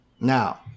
Now